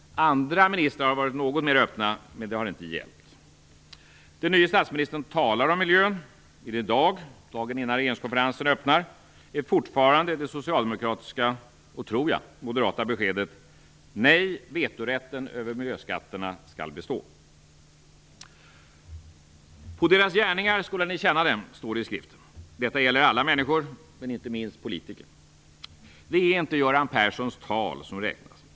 Andra ministrar har varit något mer öppna, men det har inte hjälpt. Den nye statsministern talar om miljön, men i dag - dagen innan regeringskonferensen öppnar - är fortfarande det socialdemokratiska och - tror jag - moderata beskedet: Nej, vetorätten över miljöskatterna skall bestå. På deras gärningar skola ni känna dem, står det i Skriften. Detta gäller alla människor, men inte minst politiker. Det är inte Göran Perssons tal som räknas.